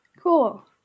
Cool